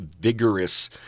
vigorous